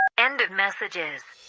end of messages